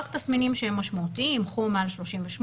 רק תסמינים שהם משמעותיים: חום מעל 38,